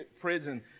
prison